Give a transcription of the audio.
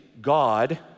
God